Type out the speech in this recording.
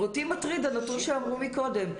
אותי מטריד הנתון שאמרו מקודם.